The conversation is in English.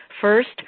First